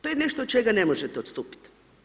To je nešto od čega ne možete odstupiti.